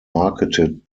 marketed